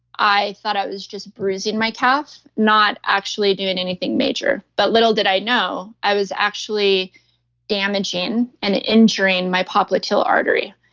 i thought i was just bruising my calf, not actually doing anything major. but little did i know i was actually damaging and injuring my popliteal artery.